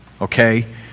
okay